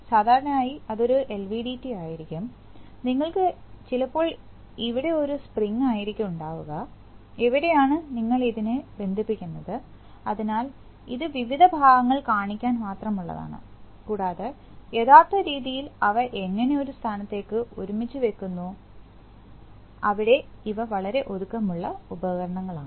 സാധാരണയായി അത് ഒരു എൽവിഡിടി ആയിരിക്കും നിങ്ങൾക്ക് ചിലപ്പോൾ ഇവിടെ ഒരു സ്പ്രിങ് ആയിരിക്കും ഉണ്ടാവുക ഇവിടെയാണ് നിങ്ങൾ ഇതിനെ ബന്ധിപ്പിക്കുന്നത് അതിനാൽ ഇത് വിവിധ ഭാഗങ്ങൾ കാണിക്കാൻ മാത്രമുള്ളതാണ് കൂടാതെ യഥാർത്ഥ രീതിയിൽ അവ എങ്ങനെ ഒരു സ്ഥാനത്തേക്ക് ഒരുമിച്ച് വെക്കുന്നു അവിടെ ഇവ വളരെ ഒതുക്കമുള്ള ഉപകരണങ്ങളാണ്